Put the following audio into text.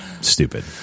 stupid